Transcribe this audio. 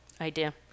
idea